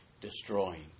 destroying